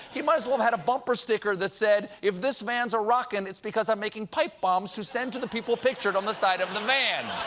he might as well have had a bumper sticker that said if this van's a-rockin', it's because i'm making pipe bombs to send to the people pictured on the side of the van.